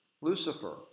Lucifer